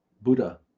buddha